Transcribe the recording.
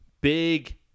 big